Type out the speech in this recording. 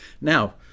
Now